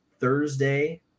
Thursday